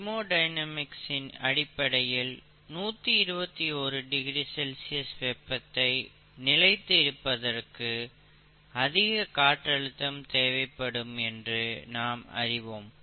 thermodynamics அடிப்படையில் 121 degree Celsius வெப்பத்தை நிலைத்து இருப்பதற்கு அதிக காற்றழுத்தம் தேவைப்படும் என்று நாம் அறிவோம்